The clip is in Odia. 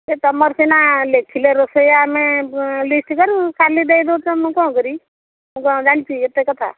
ତମର ସିନା ଲେଖିଲେ ରୋଷେଇଆ ଆମେ ଲିଷ୍ଟ୍ କରିବୁ ଖାଲି ଦେଇଦେଉଛ ମୁଁ କ'ଣ କରିବି ମୁଁ କ'ଣ ଜାଣିଛି ଏତେ କଥା